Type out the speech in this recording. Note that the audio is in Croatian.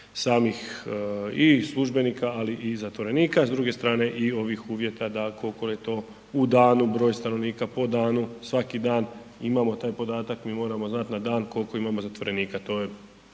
samih i službenika, ali i zatvorenika. S druge strane i ovih uvjeta da koliko je to u danu broj stanovnika, po danu, svaki dan imamo taj podatak, mi moramo znati na dan koliko imamo zatvorenika. To je